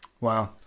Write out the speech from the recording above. Wow